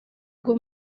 ngo